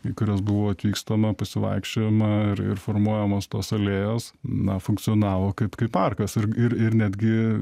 į kurias buvo atvykstama pasivaikščiojama ir ir formuojamos tos alėjos na funkcionavo kaip kaip parkas ir ir ir netgi